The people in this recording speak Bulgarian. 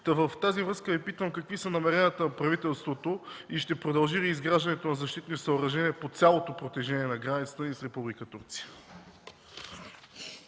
В тази връзка Ви питам: какви са намеренията на правителството и ще продължи ли изграждането на защитни съоръжения по цялото протежение на границата ни с Република